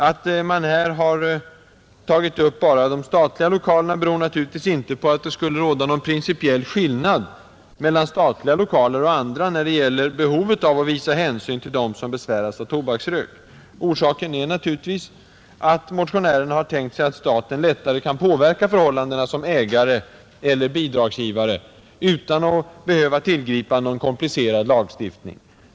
Att man här har tagit upp bara de statliga lokalerna beror naturligtvis inte på att det skulle råda någon principiell skillnad mellan statliga lokaler och andra, när det gäller behovet av att visa hänsyn till dem som besväras av tobaksrök. Orsaken är självfallet att motionärerna har tänkt sig, att staten lättare kan påverka förhållandena som ägare eller bidragsgivare, utan att behöva tillgripa någon komplicerad lagstiftning.